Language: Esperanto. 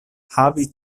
havi